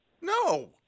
No